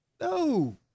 no